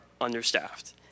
understaffed